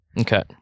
Okay